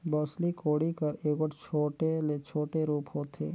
बउसली कोड़ी कर एगोट छोटे ले छोटे रूप होथे